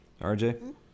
RJ